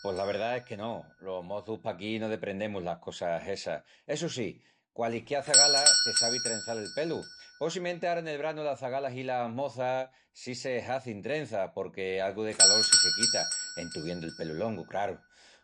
Pos la verdá es que no, los moçus paquí no deprendemus las cosas essas. Essu sí, qualisquiá zagala te sabi trençal el pelu. Possimenti ara nel branu las zagalas i las moças sí se hazin trenças porque algu de calol sí se quita, en tuviendu el pelu longu, craru.